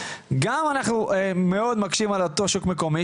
גם אנחנו מאוד מקשים על אותו שוק מקומי,